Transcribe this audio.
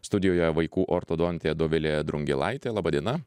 studijoje vaikų ortodontė dovilė drungilaitė laba diena